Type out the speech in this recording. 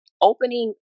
opening